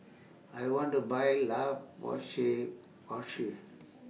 I want to Buy La Roche Porsay